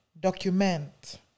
document